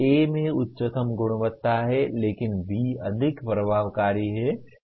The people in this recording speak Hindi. A में उच्चतम गुणवत्ता है लेकिन B अधिक प्रभावकारी है